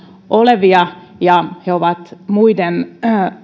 olevia ja he ovat muiden